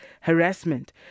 harassment